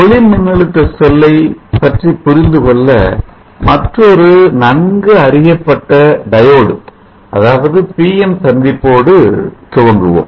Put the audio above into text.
ஒளி மின்னழுத்த செல்லை பற்றி புரிந்துகொள்ள மற்றொரு நன்கு அறியப்பட்ட diode அதாவது பிஎன் PN சந்திப்போடு துவங்குவோம்